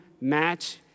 match